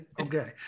okay